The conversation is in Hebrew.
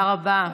תודה רבה.